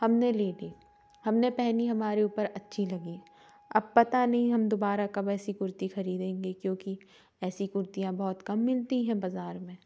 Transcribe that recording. हमने ले ली हमने पहनी हमारे ऊपर अच्छी लगी अब पता नहीं कब हम दोबारा ऐसी कुर्ती खरीदेंगे क्योंकि ऐसी कुर्तियाँ बहुत कम मिलती है बज़ार में